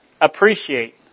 appreciate